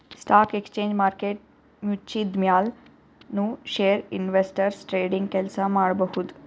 stock exchange market ಮುಚ್ಚಿದ್ಮ್ಯಾಲ್ ನು share investors trading ಕೆಲ್ಸ ಮಾಡಬಹುದ್